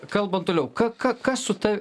kalbant toliau ka ka kas su ta